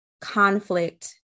conflict